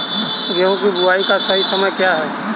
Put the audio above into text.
गेहूँ की बुआई का सही समय क्या है?